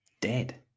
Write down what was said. dead